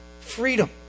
freedom